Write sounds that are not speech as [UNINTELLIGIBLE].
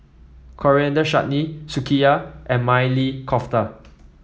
Coriander Chutney [UNINTELLIGIBLE] and Maili Kofta